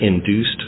induced